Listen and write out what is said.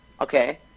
Okay